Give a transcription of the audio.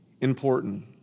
important